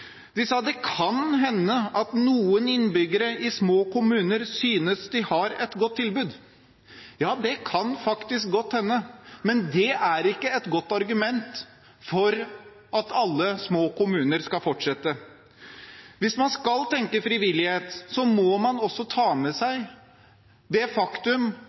De sa at det kan hende at noen innbyggere i små kommuner synes de har et godt tilbud. Ja, det kan faktisk godt hende. Men det er ikke et godt argument for at alle små kommuner skal fortsette. Hvis man skal tenke frivillighet, må man også ta med seg det faktum